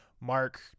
Mark